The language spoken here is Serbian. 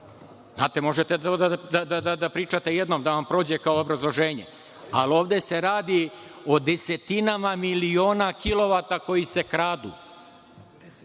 Znate, možete da pričate jednom da vam prođe kao obrazloženje, ali ovde se radi o desetinama miliona kilovata koji se kradu,